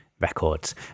records